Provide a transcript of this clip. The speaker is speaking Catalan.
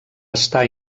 estar